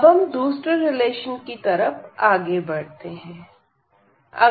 अब हम दूसरे रिलेशन की तरफ आगे बढ़ते हैं